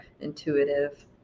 intuitive